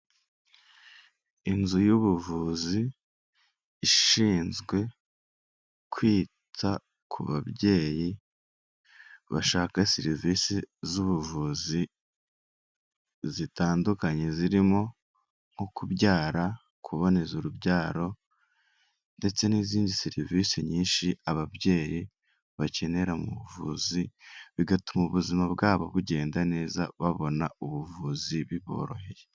Inzu y'ubuvuzi ishinzwe kwita ku babyeyi bashaka serivisi z'ubuvuzi zitandukanye zirimo nko kubyara, kuboneza urubyaro ndetse n'izindi serivisi nyinshi ababyeyi bakenera mu buvuzi bigatuma ubuzima bwabo bugenda neza babona ubuvuzi biboroheye.